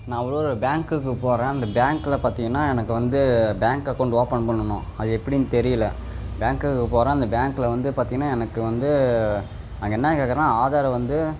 நான் ஒரு பேங்க்குக்கு போகறேன் அந்த பேங்க்கில பார்த்தீங்கன்னா எனக்கு வந்து பேங்க் அக்கௌண்ட் ஓப்பன் பண்ணணும் அது எப்படின்னு தெரியல பேங்க்குக்கு போகறேன் அந்த பேங்க்கில வந்து பார்த்தீங்கன்னா எனக்கு வந்து அங்கே என்ன கேட்குறான் ஆதார் வந்து